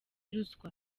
ruswa